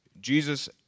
Jesus